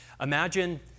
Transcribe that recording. imagine